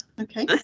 okay